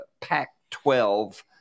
Pac-12